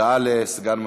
אנחנו